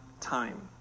time